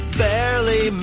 barely